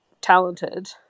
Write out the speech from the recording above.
talented